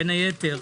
בין היתר.